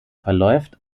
verläuft